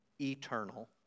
eternal